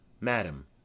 Madam